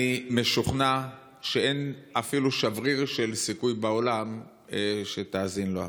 אני משוכנע שאין אפילו שבריר של סיכוי בעולם שתאזין לו הפעם.